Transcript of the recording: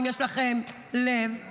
אם יש לכם לב,